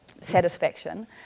satisfaction